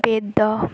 ବେଦ